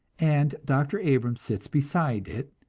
and dr. abrams sits beside it,